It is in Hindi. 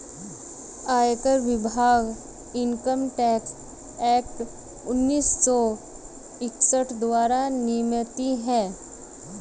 आयकर विभाग इनकम टैक्स एक्ट उन्नीस सौ इकसठ द्वारा नियमित है